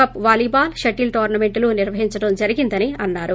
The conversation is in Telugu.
కప్ వాలీబాల్ ష్టిల్ టోర్ప మెంటులు నిర్వహించడం జరిగిందన్నారు